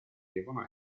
devono